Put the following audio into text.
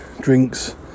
drinks